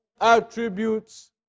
attributes